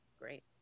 Great